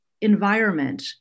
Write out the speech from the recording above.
environment